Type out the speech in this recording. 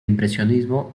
impresionismo